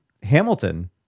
Hamilton